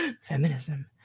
Feminism